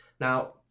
Now